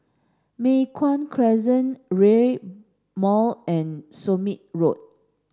Mei Hwan Crescent Rail Mall and Somme Road